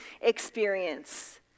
experience